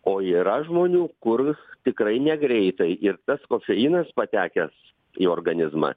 o yra žmonių kur tikrai negreitai ir tas kofeinas patekęs į organizmą